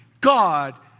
God